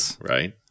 right